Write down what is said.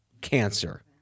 cancer